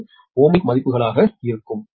1495 ohmic மதிப்புகளாக இருக்கும்